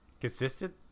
consistent